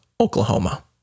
Oklahoma